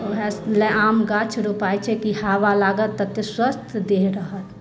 तऽ ओएह लऽ आम गाछ रोपाइ छै कि हावा लागत तऽ स्वस्थ देह रहत